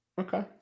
Okay